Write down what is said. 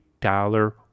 dollar